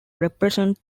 represent